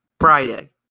Friday